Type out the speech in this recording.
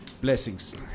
Blessings